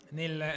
nel